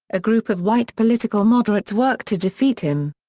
a group of white political moderates worked to defeat him.